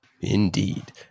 Indeed